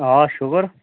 آ شُکُر